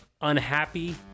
unhappy